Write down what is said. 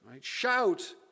Shout